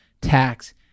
tax